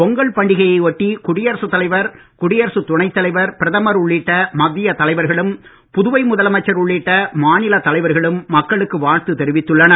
பொங்கல் பண்டிகையை ஒட்டி குடியரசுத் தலைவர் குடியரசுத் துணைத் தலைவர் பிரதமர் உள்ளிட்ட மத்திய தலைவர்களும் புதுவை முதலமைச்சர் உள்ளிட்ட மாநிலத் தலைவர்களும் மக்களுக்கு வாழ்த்து தெரிவித்துள்ளனர்